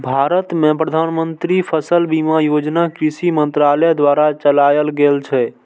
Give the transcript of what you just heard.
भारत मे प्रधानमंत्री फसल बीमा योजना कृषि मंत्रालय द्वारा चलाएल गेल छै